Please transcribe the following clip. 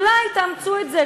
ואולי תאמצו את זה,